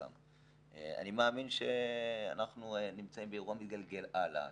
אני מאמין שאנחנו נמצאים באירוע מתגלגל הלאה.